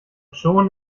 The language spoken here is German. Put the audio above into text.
schon